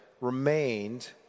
remained